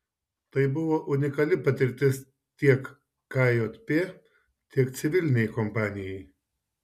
tai buvo unikali patirtis tiek kjp tiek civilinei kompanijai